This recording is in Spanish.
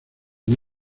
muy